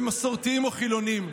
הם מסורתיים או חילונים.